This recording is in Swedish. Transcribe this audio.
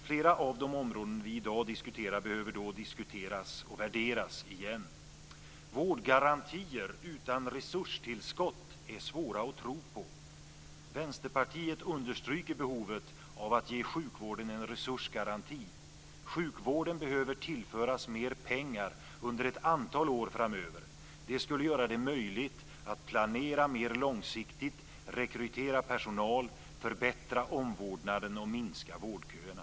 Flera av de områden vi i dag diskuterar behöver då diskuteras och värderas igen. Vårdgarantier utan resurstillskott är svåra att tro på. Vänsterpartiet understryker behovet av att ge sjukvården en resursgaranti. Sjukvården behöver tillföras mer pengar under ett antal år framöver. Det skulle göra det möjligt att planera mer långsiktigt, rekrytera personal, förbättra omvårdnaden och minska vårdköerna.